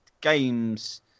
games